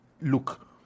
look